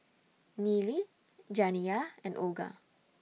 Nealy Janiyah and Olga